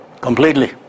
Completely